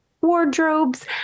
wardrobes